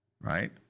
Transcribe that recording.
right